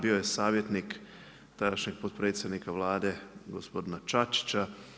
Bio je savjetnik tadašnjeg potpredsjednika Vlade gospodina Čačića.